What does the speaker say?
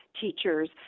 teachers